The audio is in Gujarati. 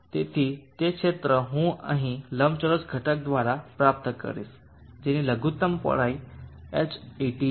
તેથી તે જ ક્ષેત્ર હું અહીં લંબચોરસ ઘટક દ્વારા પ્રાપ્ત કરીશ જેની લઘુત્તમ પહોળાઈ Hat છે